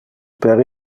per